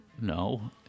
No